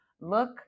look